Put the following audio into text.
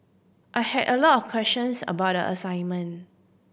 I had a lot of questions about the assignment